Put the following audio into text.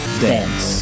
dance